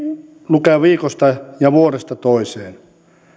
lukea viikosta ja vuodesta toiseen